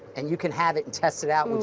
and you can have it and test it out,